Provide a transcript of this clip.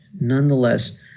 nonetheless